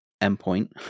endpoint